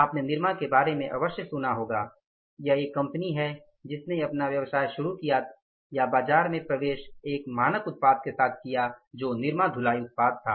आपने निरमा के बारे में अवश्य सुना होगा यह एक कंपनी है जिसने अपना व्यवसाय शुरू किआ या बाज़ार में प्रवेश एक मानक उत्पाद के साथ किआ जो निरमा धुलाई उत्पाद था